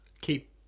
keep